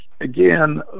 again